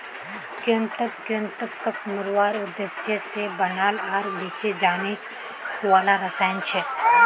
कृंतक कृन्तकक मारवार उद्देश्य से बनाल आर बेचे जाने वाला रसायन छे